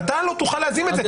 ואתה לא תוכל להזים את זה,